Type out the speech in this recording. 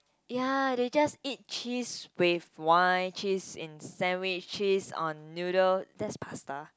ya they just eat cheese with wine cheese in sandwich cheese on noodle that's pasta